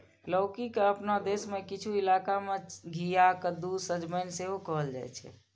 लौकी के अपना देश मे किछु इलाका मे घिया, कद्दू, सजमनि सेहो कहल जाइ छै